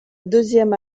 deuxième